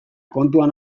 kontuan